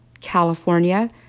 California